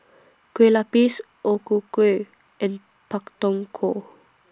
Kueh Lapis O Ku Kueh and Pak Thong Ko